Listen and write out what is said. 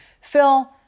Phil